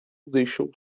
deixou